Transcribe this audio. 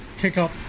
kick-up